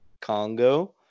congo